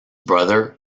brother